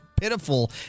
pitiful